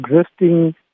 existing